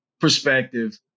perspective